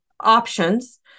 options